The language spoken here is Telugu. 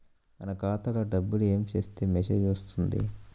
మన ఖాతాలో డబ్బులు ఏమి చేస్తే మెసేజ్ వస్తుంది?